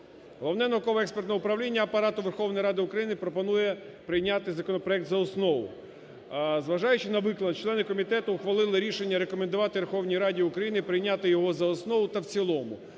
Головне науково-експертне управління Апарату Верховної Ради України пропонує прийняти законопроект за основу. Зважаючи на викладене члени комітету ухвалили рішення рекомендувати Верховній Раді України прийняти його за основу та в цілому,